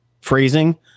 phrasing